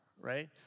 Right